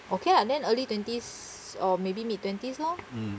okay lah then early twenties or maybe mid twenties lot